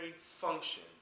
function